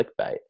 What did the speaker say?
clickbait